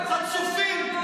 חצופים.